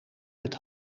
met